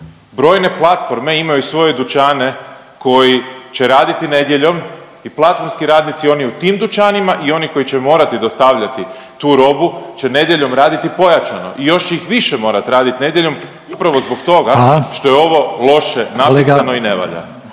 Brojne platforme imaju svoje dućane koji će raditi nedjeljom i platformski radnici oni u tim dućanima i oni koji će morati dostavljati tu robu će nedjeljom raditi pojačano i još ih više morat radit nedjeljom upravo zbog toga …/Upadica: Hvala./…